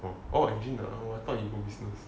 orh engine I thought you go business